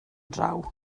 draw